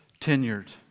tenured